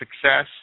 success